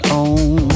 on